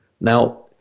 Now